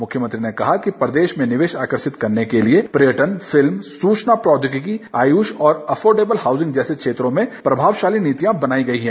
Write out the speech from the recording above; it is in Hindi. मुख्यमंत्री ने कहा कि प्रदेश में निवेश आकर्षित करने के लिए पर्यटन फिल्म सूचना प्रौद्योगिकी आयुष और अफोरडेबल हाउसिंग जैसे क्षेत्रों में प्रभावशाली नीतियां बनाई गई है